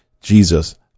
Jesus